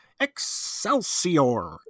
Excelsior